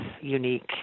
unique